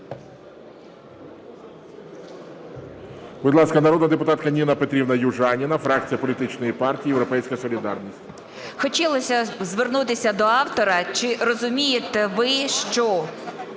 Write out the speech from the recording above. Хотілося звернутися до автора. Чи розумієте ви, що